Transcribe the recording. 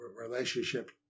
relationship